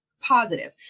positive